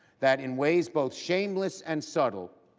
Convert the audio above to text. that in ways both shameless and subtle,